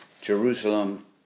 Jerusalem